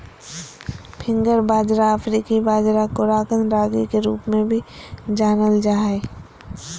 finger बाजरा अफ्रीकी बाजरा कोराकन रागी के रूप में भी जानल जा हइ